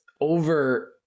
over